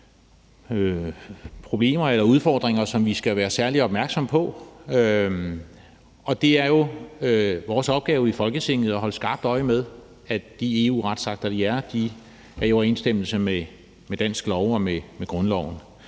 grundlovsproblemer eller udfordringer, som vi skal være særlig opmærksomme på. Det er jo vores opgave i Folketinget at holde skarpt øje med, at de EU-retsakter, der er, er i overensstemmelse med dansk lov og med grundloven.